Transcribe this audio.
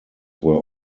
were